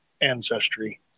ancestry